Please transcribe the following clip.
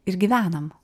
ir gyvenam